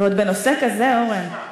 אורן, אורן, ועוד בנושא כזה, אורן.